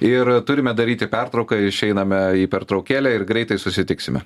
ir turime daryti pertrauką išeiname į pertraukėlę ir greitai susitiksime